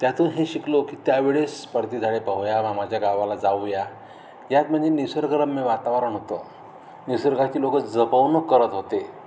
त्यातून हे शिकलो की त्यावेळेस पळती झाडे पाहूया मामाच्या गावाला जाऊया यात म्हणजे निसर्गरम्य वातावरण होतं निसर्गाची लोक जपवणूक करत होते